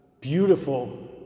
beautiful